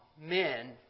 men